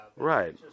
Right